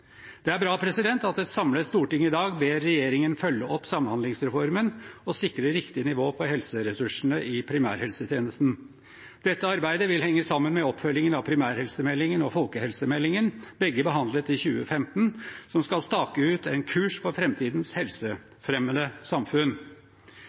Det er bra at et samlet storting i dag ber regjeringen følge opp samhandlingsreformen og sikre riktig nivå på helseressursene i primærhelsetjenesten. Dette arbeidet vil henge sammen med oppfølgingen av primærhelsemeldingen og folkehelsemeldingen, begge behandlet i 2015, som skal stake ut en kurs for